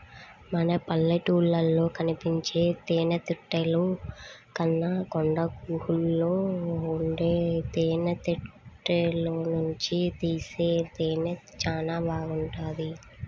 మన పల్లెటూళ్ళలో కనిపించే తేనెతుట్టెల కన్నా కొండగుహల్లో ఉండే తేనెతుట్టెల్లోనుంచి తీసే తేనె చానా బాగుంటది